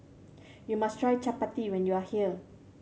you must try Chapati when you are here